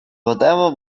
whatever